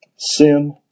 Sin